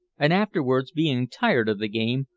and afterwards, being tired of the game,